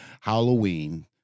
Halloween